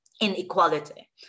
Inequality